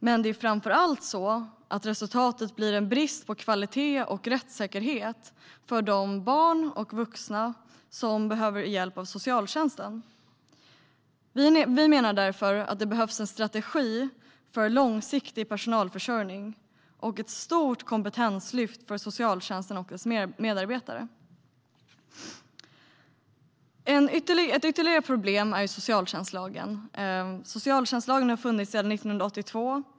Men framför allt blir resultatet en brist på kvalitet och rättssäkerhet för de barn och vuxna som behöver hjälp av socialtjänsten. Vi menar därför att det behövs en strategi för långsiktig personalförsörjning och ett stort kompetenslyft för socialtjänsten och dess medarbetare. Ett ytterligare problem är socialtjänstlagen. Socialtjänstlagen har funnits sedan 1982.